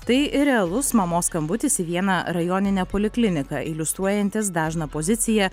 tai realus mamos skambutis į vieną rajoninę polikliniką iliustruojantis dažną poziciją